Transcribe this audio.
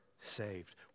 saved